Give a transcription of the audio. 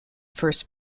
first